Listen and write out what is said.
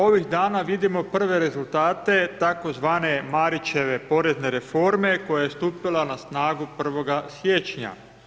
Ovih dana vidimo prve rezultate tzv. Marićeve porezne reforme koja je stupila na snagu 1. siječnja.